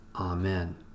Amen